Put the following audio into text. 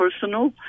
personal